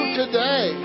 today